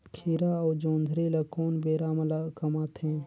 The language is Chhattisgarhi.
खीरा अउ जोंदरी ल कोन बेरा म कमाथे?